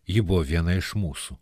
ji buvo viena iš mūsų